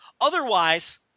Otherwise